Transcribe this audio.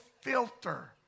filter